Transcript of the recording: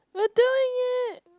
we're doing it